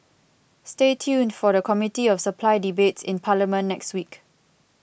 stay tuned for the Committee of Supply debates in parliament next week